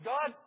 God